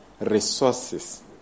resources